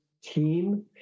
team